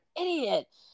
idiot